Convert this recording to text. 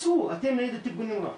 תצאו אתם ניידת טיפול נמרץ,